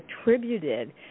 attributed